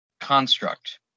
construct